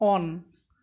on